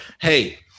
hey